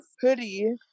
hoodie